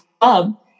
club